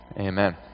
amen